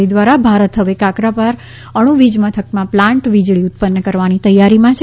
તે દ્વારા ભારત હવે કાકરાપાર અણુ વીજ મથકમાં પ્લાન્ટ વીજળી ઉત્પન્ન કરવાની તૈયારીમાં છે